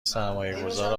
سرمایهگذار